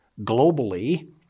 globally